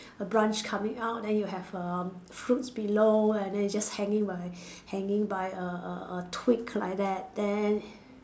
a brunch coming out then you have erm fruits below and then you just hanging by hanging by a a a twig like that then